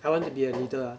I want to be a leader ah